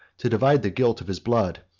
to divide the guilt of his blood,